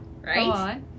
right